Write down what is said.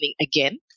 again